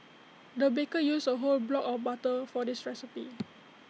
the baker used A whole block of butter for this recipe